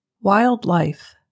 Wildlife